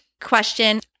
question